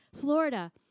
Florida